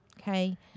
Okay